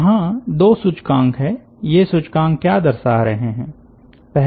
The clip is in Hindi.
तो यहाँ दो सूचकांक है ये सूचकांक क्या दर्शा रहे हैं